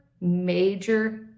major